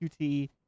QT